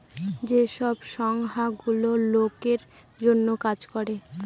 যে সব সংস্থা গুলো লোকের জন্য কাজ করে